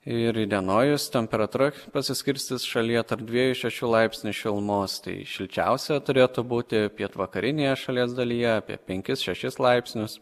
ir įdienojus temperatūra pasiskirstys šalyje tarp dviejų šešių laipsnių šilumos tai šilčiausia turėtų būti pietvakarinėje šalies dalyje apie penkis šešis laipsnius